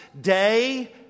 day